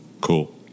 Cool